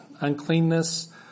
uncleanness